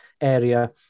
area